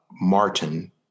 Martin